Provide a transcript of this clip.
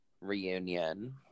reunion